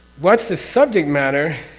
what's the subject matter.